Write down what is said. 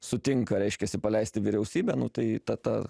sutinka reiškiasi paleisti vyriausybę nu tai ta ta